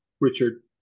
Richard